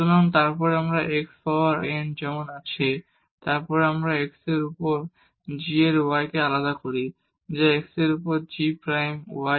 সুতরাং এবং তারপর x পাওয়ার n যেমন আছে এবং আমরা x এর উপর এই g এর y কে আলাদা করি যা x এর উপর g প্রাইম y